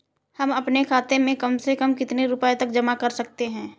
हम अपने खाते में कम से कम कितने रुपये तक जमा कर सकते हैं?